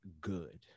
good